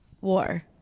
War